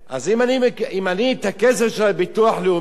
אז אם את הכסף של הביטוח לאומי,